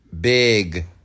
big